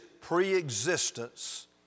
pre-existence